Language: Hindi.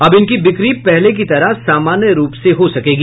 अब इनकी बिक्री पहले की तरह सामान्य रूप से हो सकेगी